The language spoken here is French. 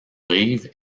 rive